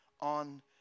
on